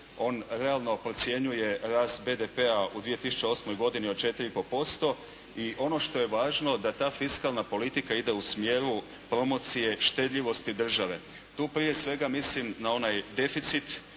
on realno procjenjuje rast BDP-a u 2008. od 4,5% i ono što je važno da ta fiskalna politika ide u smjeru promocije štedljivosti države. Tu prije svega mislim na onaj deficit